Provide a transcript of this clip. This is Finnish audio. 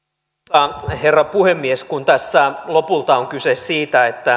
arvoisa herra puhemies kun tässä lopulta on kyse siitä